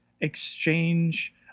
exchange